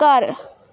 ਘਰ